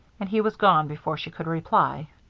and he was gone before she could reply.